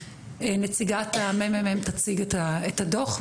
נציגת הממ"מ תציג את הדוח,